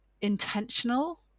intentional